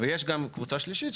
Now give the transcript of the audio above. ויש גם קבוצה שלישית,